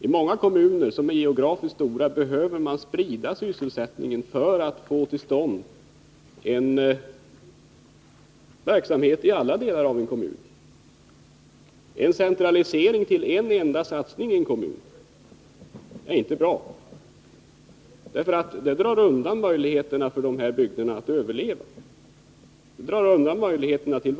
I många kommuner som är geografiskt stora behöver man sprida sysselsättningen för att få till stånd en verksamhet i alla delar av kommunen. En centralisering till en enda satsning i en kommun är inte bra, eftersom det drar undan möjligheterna att bedriva verksamhet i andra kommundelar.